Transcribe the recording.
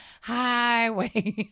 highway